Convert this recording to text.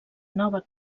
nova